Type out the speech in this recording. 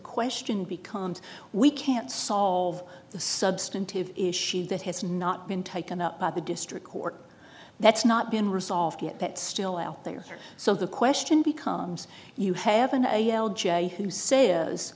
question becomes we can't solve the substantive issue that has not been taken up by the district court that's not been resolved yet that's still out there so the question becomes you have an a l j who say